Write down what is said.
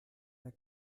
der